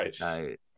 Right